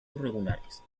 irregulares